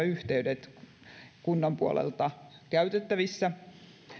yhteydet ovat kunnan puolelta käytettävissä